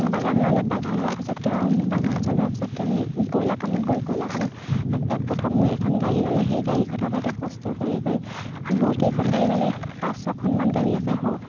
বাগান ল'লে বাগান লোৱাৰ পিছত তেওঁ বাগান চলোৱাৰ পিছত তেওঁ কয়লা কামত গ'ল কইলা কামত প্ৰথম এখন গাড়ী ল'লে সেই গাড়ীখনৰপাই তেওঁ কষ্ট কৰি কৰি বহুকেইখন গাড়ী ল'লে পাঁচ ছখনমান গাড়ী আছে হওক